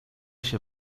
się